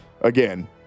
again